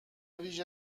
ویژه